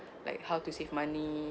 like how to save money